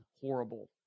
horrible